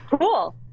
cool